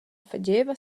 fageva